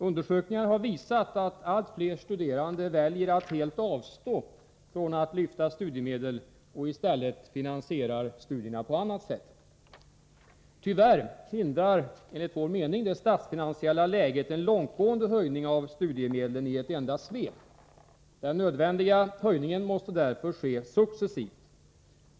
Undersökningar har visat att allt fler studerande väljer att helt avstå från att lyfta studiemedel och i stället finansierar studierna på annat sätt. Tyvärr hindrar enligt vår mening det statsfinansiella läget en långtgående höjning av studiemedlen i ett enda svep. Den nödvändiga höjningen måste därför ske successivt.